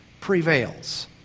prevails